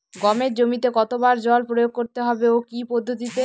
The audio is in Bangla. গমের জমিতে কতো বার জল প্রয়োগ করতে হবে ও কি পদ্ধতিতে?